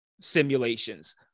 simulations